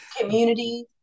Community